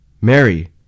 Mary